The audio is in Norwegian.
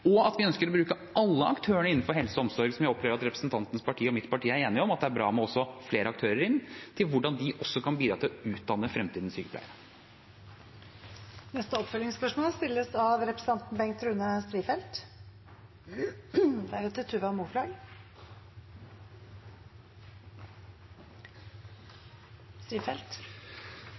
Vi ønsker å bruke alle aktørene innenfor helse og omsorg – hvordan de kan bidra til å utdanne fremtidens sykepleiere, noe jeg opplever at representantens og mitt parti er enige om, at det er bra med også flere aktører inn.